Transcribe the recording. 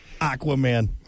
Aquaman